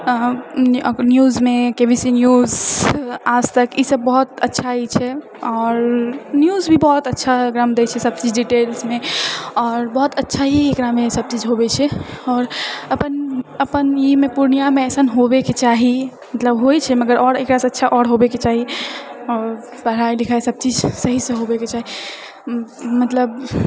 अऽ न्यूजमे KBC news Aaj Tak ई सभ बहुत अच्छा हय छै आओर न्यूज भी बहुत अच्छा एकरामे दै छै एकरामे डीटेल्समे आओर बहुत अच्छा ही एकरामे सभचीज होबै छै आओर अपन अपन ई मे पूर्णियामे अइसन होबै के चाही मतलब होइ छै मगर आओर एकरासँ अच्छा आओर होबे के चाही आओर पढ़ाइ लिखाइ सभ चीज सहीसँ होबेके चाही मतलब